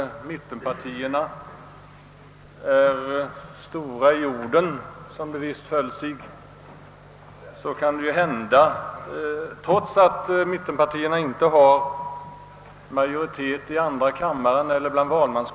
Mittenpartierna är stora i orden, menade herr Lundberg, trots att de inte har majoritet i andra kammaren eller bland väljarna.